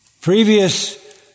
Previous